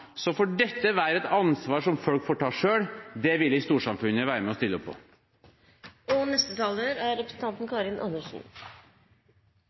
så får dette være et ansvar som folk må ta selv, det vil ikke storsamfunnet være med og stille opp for. Både ønsket om et kjønnslikestilt samfunn og arbeidsliv og barns rettigheter er